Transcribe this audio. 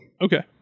Okay